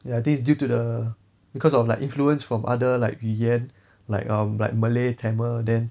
ya this is due to the because of like influence from other like 语言 like um like malay tamil then